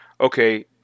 okay